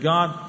God